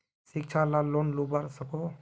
शिक्षा ला लोन लुबा सकोहो?